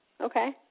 Okay